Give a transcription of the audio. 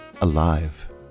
alive